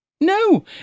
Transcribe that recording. No